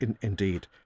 Indeed